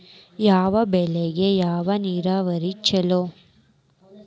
ಯಾವ ಬೆಳಿಗೆ ಯಾವ ನೇರಾವರಿ ಛಲೋ?